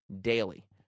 daily